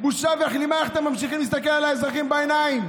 בושה וכלימה איך אתם ממשיכים להסתכל על האזרחים בעיניים.